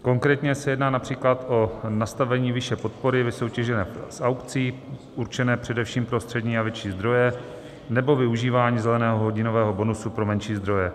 Konkrétně se jedná například o nastavení výše podpory vysoutěžené z aukcí, určené především pro střední a větší zdroje, nebo využívání zeleného hodinového bonusu pro menší zdroje.